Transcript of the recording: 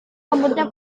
rambutnya